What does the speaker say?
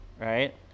right